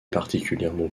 particulièrement